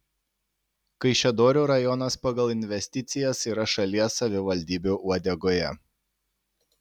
kaišiadorių rajonas pagal investicijas yra šalies savivaldybių uodegoje